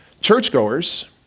churchgoers